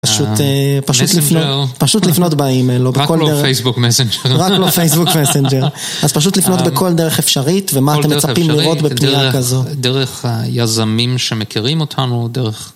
פשוט, פשוט לפנות... -במסנג'ר? -פשוט לפנות באימייל או בכל אופן.. -רק לא פייסבוק מסנג'ר -רק לא פייסבוק מסנג'ר -אז פשוט לפנות בכל דרך אפשרית -כל דרך אפשרית -ומה אתם מצפים לראות בפנייה כזו -דרך היזמים שמכירים אותנו, דרך...